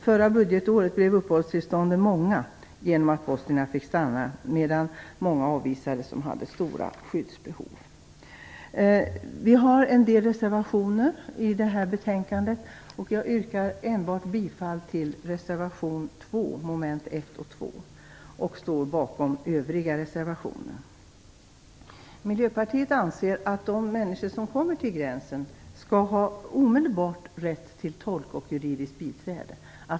Förra budgetåret blev uppehållstillstånden många, eftersom bosnierna fick stanna, medan många som hade stora skyddsbehov avvisades. Vi har en del reservationer till det här betänkandet. Jag yrkar enbart bifall till reservation 2, mom. 1 och 2. Jag står bakom våra övriga reservationer. Miljöpartiet anser att de människor som kommer till gränsen skall ha rätt att omedelbart få tolk och juridiskt biträde.